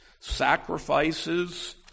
sacrifices—